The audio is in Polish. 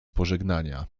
pożegnania